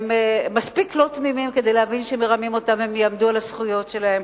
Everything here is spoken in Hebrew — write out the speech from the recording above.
הם מספיק לא תמימים כדי להבין שמרמים אותם והם יעמדו על הזכויות שלהם.